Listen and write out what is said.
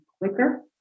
quicker